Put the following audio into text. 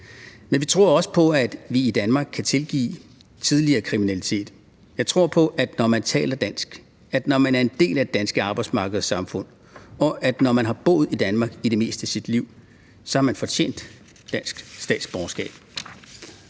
Men vi tror også på, at vi i Danmark kan tilgive tidligere kriminalitet. Vi tror på, at når man taler dansk, når man er en del af det danske arbejdsmarked og samfund, og når man har boet i Danmark i det meste af sit liv, så har man fortjent dansk statsborgerskab.